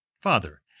Father